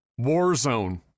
Warzone